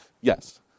Yes